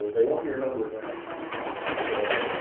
they want your number then. so,